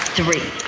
three